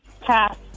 Pass